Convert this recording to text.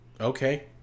Okay